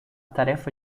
tarefa